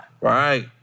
Right